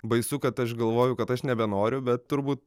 baisu kad aš galvoju kad aš nebenoriu bet turbūt